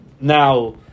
now